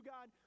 God